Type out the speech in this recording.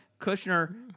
Kushner